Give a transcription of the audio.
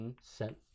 sent